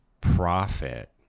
profit